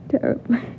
terribly